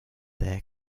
their